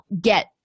get